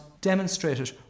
demonstrated